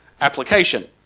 application